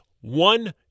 One